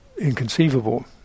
inconceivable